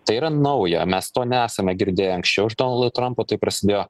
tai yra nauja mes to nesame girdėję anksčiau iš donaldo trampo tai prasidėjo